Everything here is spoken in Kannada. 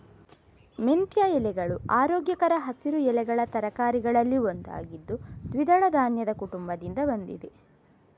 ಮೆಂತ್ಯ ಎಲೆಗಳು ಆರೋಗ್ಯಕರ ಹಸಿರು ಎಲೆಗಳ ತರಕಾರಿಗಳಲ್ಲಿ ಒಂದಾಗಿದ್ದು ದ್ವಿದಳ ಧಾನ್ಯದ ಕುಟುಂಬದಿಂದ ಬಂದಿದೆ